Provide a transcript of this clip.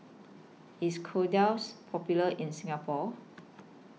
IS Kordel's Popular in Singapore